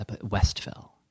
Westville